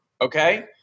Okay